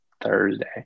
Thursday